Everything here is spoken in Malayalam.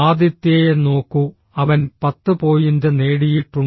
ആദിത്യയെ നോക്കൂ അവൻ 10 പോയിന്റ് നേടിയിട്ടുണ്ട്